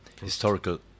historical